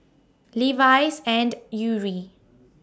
Levi's and Yuri